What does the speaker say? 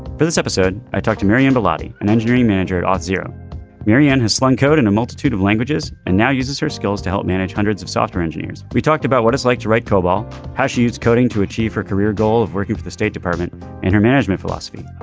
for this episode i talked to mary melody an engineering manager at ah zero maryann who slung code and a multitude of languages and now uses her skills to help manage hundreds of software engineers. we talked about what it's like to write cobol how she is coding to achieve her career goal of working for the state department in her management philosophy.